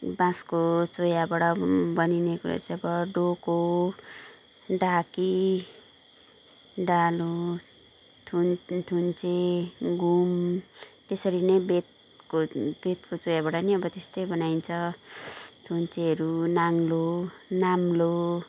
बाँसको चोयाबाट बनिने कुरो चाहिँ अब डोको ढाकी डालो थुन थुन्से घुम त्यसरी नै बेतको बेतको चोयाबाट पनि अब त्यस्तै बनाइन्छ थुन्सेहरू नाङ्लो नाम्लो